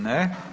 Ne.